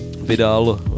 vydal